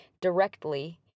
directly